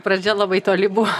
pradžia labai toli buvo